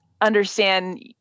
understand